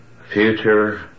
future